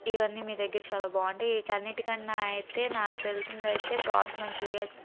ఇవన్నీ మీ దగ్గర చాలా బాగుంటాయి వీటన్నింటినీ కన్నా అయితే నాకు తెలిసిందయితే ఫ్రాన్స్ మంచూరియా